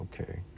Okay